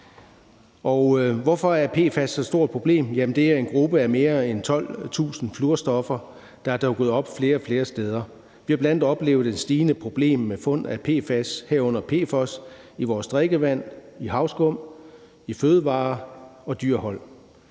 Hvorfor er PFAS så stort et problem? Det er en gruppe af mere end 12.000 fluorstoffer, der er dukket op flere og flere steder. Vi har bl.a. oplevet et stigende problem med fund af PFAS, herunder PFOS, i vores drikkevand, i havskum, i fødevarer og dyrehold.